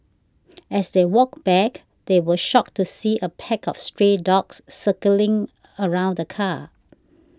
as they walked back they were shocked to see a pack of stray dogs circling around the car